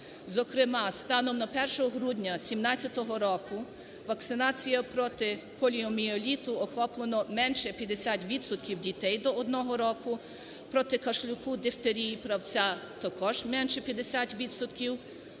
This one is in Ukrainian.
Зокрема, станом на 1 грудня 2017 року вакцинацію проти поліомієліту охоплено менше 50 відсотків дітей до одного року. Проти кашлюку, дифтерії, правця також менше 50